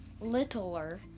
littler